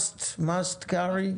Must carry?